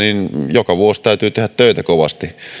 joka vuosi täytyy tehdä töitä kovasti